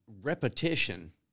repetition